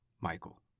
Michael